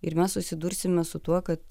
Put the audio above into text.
ir mes susidursime su tuo kad